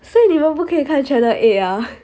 所以你们不可以看 channel eight ah